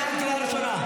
קריאה ראשונה.